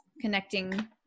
connecting